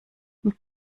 mit